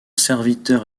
serviteur